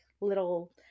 little